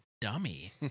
dummy